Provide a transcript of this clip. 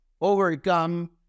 overcome